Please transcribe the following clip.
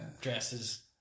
dresses